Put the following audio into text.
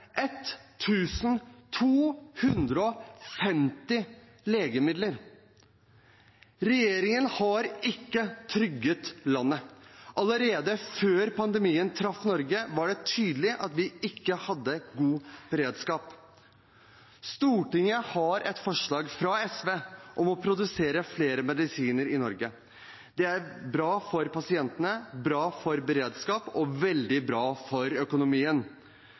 legemidler. Regjeringen har ikke trygget landet. Allerede før pandemien traff Norge var det tydelig at vi ikke hadde nok beredskap. Stortinget har fått et forslag fra SV om å produsere flere medisiner i Norge. Det er bra for pasientene, bra for beredskapen og veldig bra for økonomien.